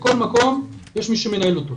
בכל מקום יש מי שמנהל.